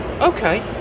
Okay